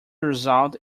result